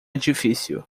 difícil